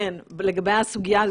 לגבי הסוגיה,